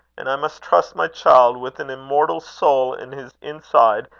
and i must trust my child, with an immortal soul in his inside,